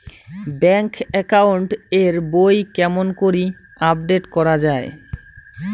Bank account এর বই কেমন করি আপডেট করা য়ায়?